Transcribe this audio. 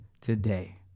today